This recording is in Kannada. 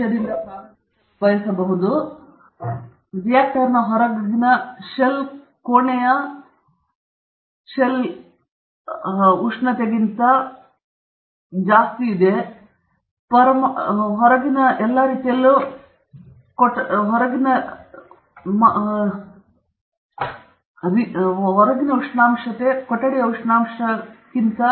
ಆದ್ದರಿಂದ ನೀವು ಉಷ್ಣತೆಯ ವಿಷಯದಿಂದ ಪ್ರಾರಂಭಿಸಲು ಬಯಸಬಹುದು ರಿಯಾಕ್ಟರ್ನ ಹೊರಗಿನ ಶೆಲ್ ಕೋಣೆಯ ಉಷ್ಣಾಂಶದಲ್ಲಿರುತ್ತದೆ ಅಲ್ಲಿಯೇ ಪರಮಾಣು ರಿಯಾಕ್ಟರಿಯ ಹೊರಗಿನ ಏನಾದರೂ ಹೊರಗಿನ ಎಲ್ಲಾ ರೀತಿಯಲ್ಲಿಯೂ ಕೊಠಡಿಯ ತಾಪಮಾನದಲ್ಲಿರುತ್ತದೆ